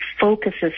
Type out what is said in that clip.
focuses